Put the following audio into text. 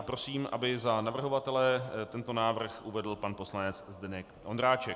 Prosím, aby za navrhovatele tento návrh uvedl pan poslanec Zdeněk Ondráček.